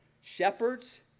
Shepherds